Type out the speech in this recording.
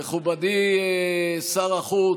מכובדי שר החוץ.